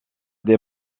des